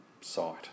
site